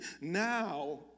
now